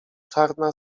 czarna